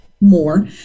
more